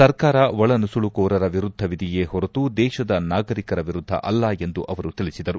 ಸರ್ಕಾರ ಒಳನುಸುಳುಕೋರರ ವಿರುದ್ದವಿದೆಯೇ ಹೊರತು ದೇಶದ ನಾಗರಿಕರ ವಿರುದ್ದ ಅಲ್ಲ ಎಂದು ಅವರು ತಿಳಿಸಿದರು